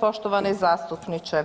Poštovani zastupniče,